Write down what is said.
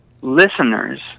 listeners